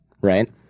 right